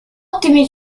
ottimi